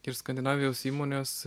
ir skandinavijos įmonės